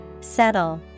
Settle